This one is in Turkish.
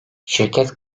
şirket